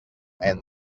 and